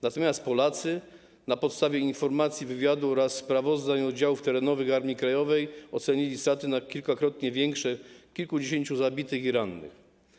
Natomiast Polacy na podstawie informacji wywiadu oraz sprawozdań oddziałów terenowych Armii Krajowej ocenili straty na kilkakrotnie większe - kilkudziesięciu zabitych i rannych.